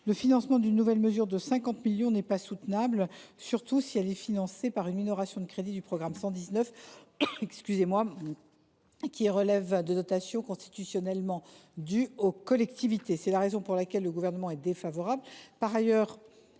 Le financement d’une nouvelle mesure de 50 millions d’euros n’est pas soutenable, surtout si elle est financée par une minoration des crédits du programme 119, qui relève de dotations constitutionnellement dues aux collectivités. Pour cette raison, le Gouvernement émet un avis défavorable